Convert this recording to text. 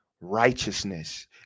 righteousness